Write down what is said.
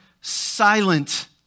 silent